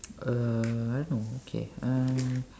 uh I don't know okay uh